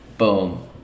Boom